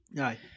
Aye